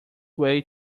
way